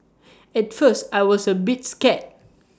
at first I was A bit scared